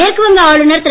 மேற்குவங்க ஆளுனர் திரு